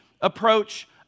approach